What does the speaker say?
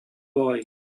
boy